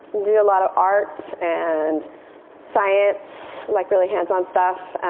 do a lot of art and science, like really hands-on stuff.